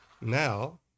now